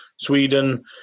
Sweden